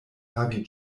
havi